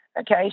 Okay